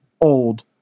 old